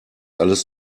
alles